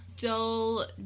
dull